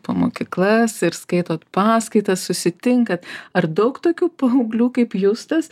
po mokyklas ir skaitot paskaitas susitinkat ar daug tokių paauglių kaip justas